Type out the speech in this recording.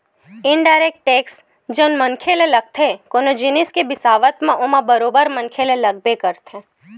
indirect tax जउन मनखे ल लगथे कोनो जिनिस के बिसावत म ओमा बरोबर मनखे ल लगबे करथे